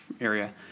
area